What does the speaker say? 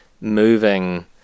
moving